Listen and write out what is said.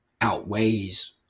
outweighs